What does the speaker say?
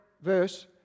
verse